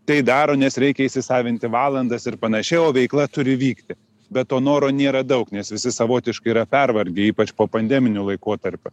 tai daro nes reikia įsisavinti valandas ir panašiai o veikla turi vykti bet to noro nėra daug nes visi savotiškai yra pervargę ypač po pandeminiu laikotarpiu